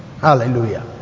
hallelujah